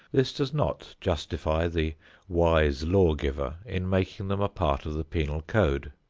this does not justify the wise law-giver in making them a part of the penal code.